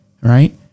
right